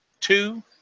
Two